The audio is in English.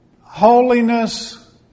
Holiness